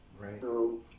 Right